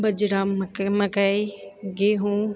बजरा मकई मकई गेहूँ